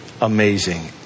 amazing